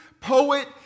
poet